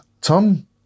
Tom